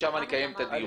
ושם נקיים את הדיון.